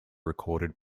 recorded